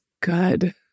good